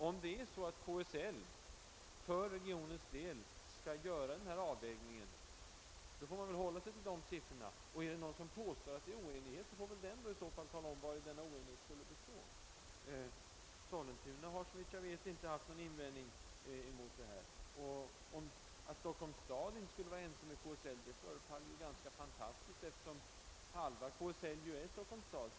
Om det är så att KSL för regionens del skall göra denna avvägning, får man väl hålla sig till de siffror som KSL angivit. Om någon påstår att det föreligger oenighet, får väl den som påstår det i så fall tala om vari denna oenighet skulle bestå. Sollentuna har, såvitt jag vet, inte någon invändning mot detta. Att Stockholms stad inte skulle vara ense med KSL förefaller ganska fantastiskt, eftersom halva KSL ju är Stockholms stads.